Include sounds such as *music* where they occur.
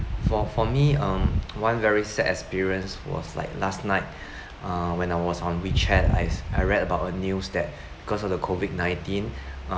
for for me um *noise* one very sad experience was like last night uh when I was on wechat I I read about a news that because of the COVID nineteen